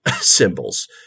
symbols